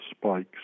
spikes